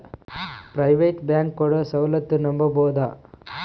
Private bank ಕೊಡೊ ಸೌಲತ್ತು ನಂಬಬೋದ?